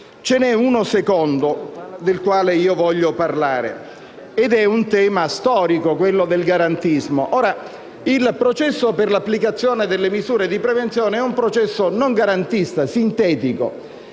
C'è un secondo punto del quale voglio parlare ed è un tema storico: quello del garantismo. Il processo per l'applicazione delle misure di prevenzione è un processo non garantista, bensì sintetico.